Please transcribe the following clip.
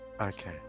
Okay